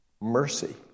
Mercy